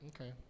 Okay